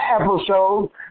episode